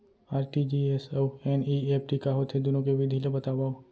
RTGS अऊ NEFT का होथे, दुनो के विधि ला बतावव